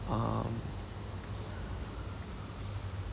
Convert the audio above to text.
um